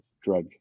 drug